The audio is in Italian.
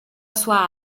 sua